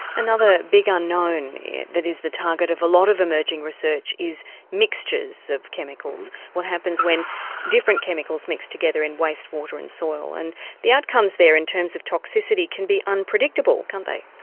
another big unknown that is the target of a lot of emerging research is mixtures of chemicals, what happens when different chemicals mix together in waste water and soil. and the outcomes there in terms of toxicity can be unpredictable can't they?